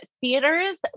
theaters